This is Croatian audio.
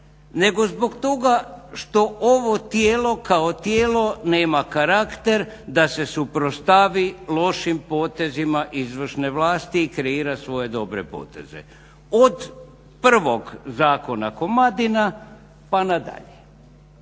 nego zbog toga što ovo tijelo kao tijelo nema karakter da se suprotstavi lošim potezima izvršne vlasti i kreira svoje dobre poteze od prvog zakona komadina pa na dalje.